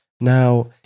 Now